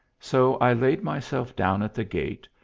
so i laid myself down at the gate,